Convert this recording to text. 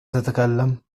تتكلم